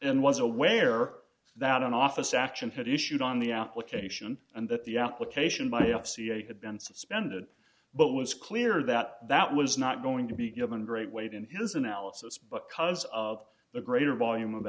and was aware that an office action had issued on the application and that the application biopsy a had been suspended but it was clear that that was not going to be given great weight in his analysis but because of the greater volume